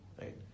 right